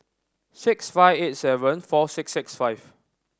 six five eight seven four six six five